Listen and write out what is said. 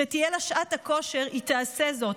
כשתהיה לה שעת הכושר היא תעשה זאת.